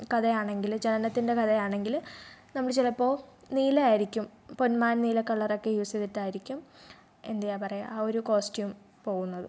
കഥയാണെങ്കിൽ ജനനത്തിൻ്റെ കഥയാണെങ്കിൽ നമ്മൾ ചിലപ്പോൾ നീലയായിരിക്കും പൊന്മാൻ നീല കളർ ഒക്കെ യൂസ് ചെയ്തിട്ടായിരിക്കും എന്തു ചെയ്യുക പറയുക ആ ഒരു കോസ്റ്റ്യൂം പോകുന്നത്